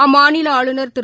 அம்மாநிலஆளுநர் திரு